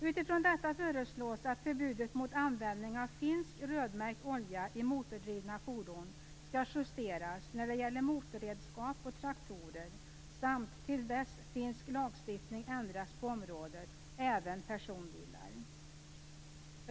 Utifrån detta föreslås att förbudet mot användning av finsk rödmärkt olja i motordrivna fordon skall justeras när det gäller motorredskap och traktorer samt - till dess finsk lagstiftning ändrats på området - även personbilar.